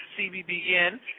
cbbn